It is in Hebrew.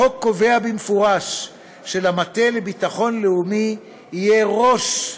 החוק קובע במפורש שלמטה לביטחון לאומי יהיה ראש,